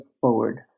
forward